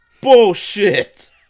Bullshit